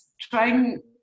trying